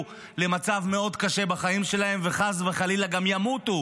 למצב מאוד קשה בחיים שלהם וחס וחלילה גם ימותו